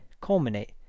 culminate